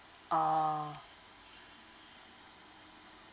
oh